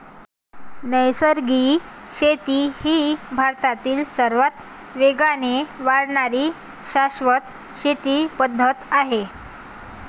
नैसर्गिक शेती ही भारतातील सर्वात वेगाने वाढणारी शाश्वत शेती पद्धत आहे